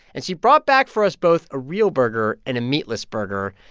and she brought back for us both a real burger and a meatless burger.